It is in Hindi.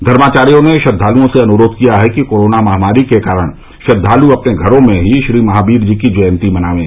धर्माचार्यो ने श्रद्वालुओं से अनुरोघ किया है कि कोरोना महामारी के कारण श्रद्वालु अपने घरो में ही श्रीमहायीर जी की जयंती मनायें